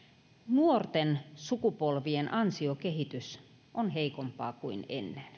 nuorten sukupolvien ansiokehitys on heikompaa kuin ennen